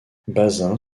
bazin